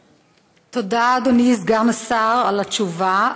תודה, אדוני סגן השר, על התשובה.